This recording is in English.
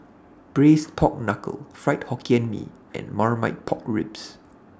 Braised Pork Knuckle Fried Hokkien Mee and Marmite Pork Ribs